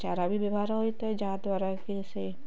ଚାରା ବି ବ୍ୟବହାର ହୋଇଥାଏ ଯାହାଦ୍ୱାରା କି ସେ